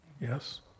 Yes